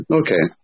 okay